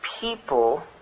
people